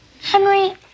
Henry